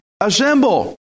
assemble